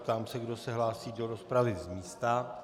Ptám se, kdo se hlásí do rozpravy z místa.